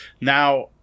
Now